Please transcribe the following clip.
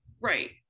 Right